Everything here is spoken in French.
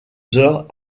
heures